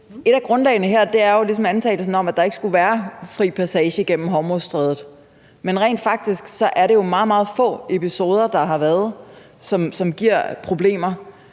Et af grundlagene her er jo ligesom antagelsen om, at der ikke skulle være fri passage gennem Hormuzstrædet, men rent faktisk er det jo meget, meget få episoder, der har været, som giver problemer.